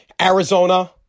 Arizona